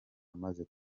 amaze